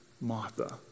Martha